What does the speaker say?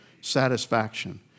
satisfaction